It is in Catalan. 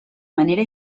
manera